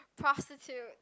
prostitutes